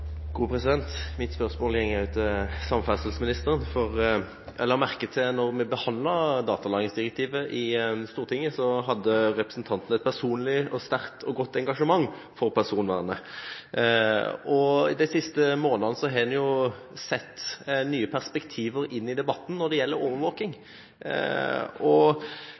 samferdselsministeren. Jeg la merke til at da vi behandlet datalagringsdirektivet i Stortinget, hadde Solvik-Olsen et personlig, sterkt og godt engasjement for personvernet. De siste månedene har man sett nye perspektiver i debatten når det gjelder